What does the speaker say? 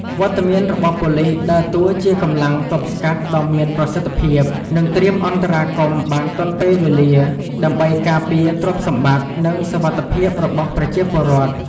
វត្តមានរបស់ប៉ូលិសដើរតួជាកម្លាំងទប់ស្កាត់ដ៏មានប្រសិទ្ធភាព និងត្រៀមអន្តរាគមន៍បានទាន់ពេលវេលា ដើម្បីការពារទ្រព្យសម្បត្តិ និងសុវត្ថិភាពរបស់ប្រជាពលរដ្ឋ។